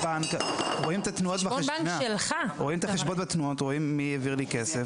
רואים את התנועות בחשבון, רואים מי העביר לי כסף.